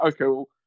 okay